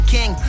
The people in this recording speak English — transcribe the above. King